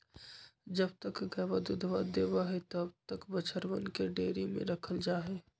जब तक गयवा दूधवा देवा हई तब तक बछड़वन के डेयरी में रखल जाहई